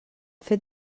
fet